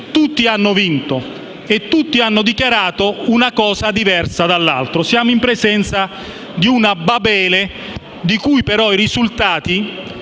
tutti hanno vinto e tutti hanno dichiarato una cosa diversa dall'altro: siamo dunque in presenza di una Babele, i cui risultati